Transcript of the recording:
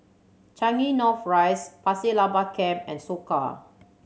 Changi North Rise Pasir Laba Camp and Soka